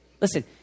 listen